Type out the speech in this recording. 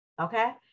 Okay